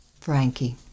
Frankie